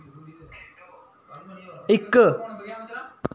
इक